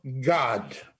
God